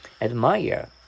admire